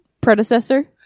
predecessor